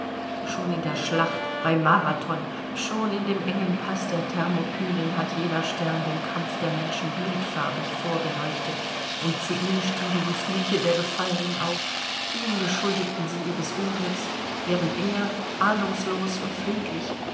schon in der schlacht bei marathon schon in dem engen paß der thermopylen hat jener stern dem kampf der menschen blutfarbig vorgeleuchtet und zu ihm stiegen die flüche der gefallenen auf ihn beschuldigten sie ihres unglücks während er ahnungslos und friedlich